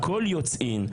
הכול יוצאין,